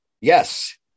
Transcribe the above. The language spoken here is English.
Yes